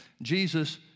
Jesus